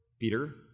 Peter